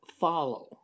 follow